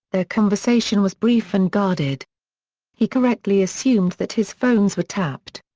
their conversation was brief and guarded he correctly assumed that his phones were tapped.